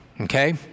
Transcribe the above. okay